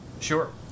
Sure